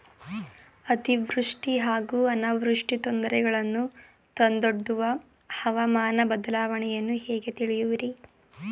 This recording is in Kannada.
ಅತಿವೃಷ್ಟಿ ಹಾಗೂ ಅನಾವೃಷ್ಟಿ ತೊಂದರೆಗಳನ್ನು ತಂದೊಡ್ಡುವ ಹವಾಮಾನ ಬದಲಾವಣೆಯನ್ನು ಹೇಗೆ ತಿಳಿಯುವಿರಿ?